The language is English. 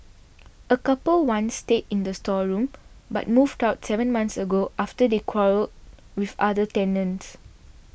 a couple once stayed in the storeroom but moved out seven months ago after they quarrelled with other tenants